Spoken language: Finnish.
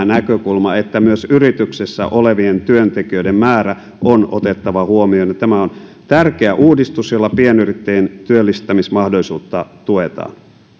näkökulma että myös yrityksessä olevien työntekijöiden määrä on otettava huomioon tämä on tärkeä uudistus jolla pienyrittäjien työllistämismahdollisuutta tuetaan